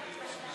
אף פעם.